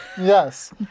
Yes